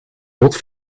bot